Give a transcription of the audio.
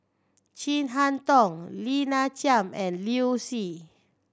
Chin Harn Tong Lina Chiam and Liu Si